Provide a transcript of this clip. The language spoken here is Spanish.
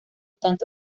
tanto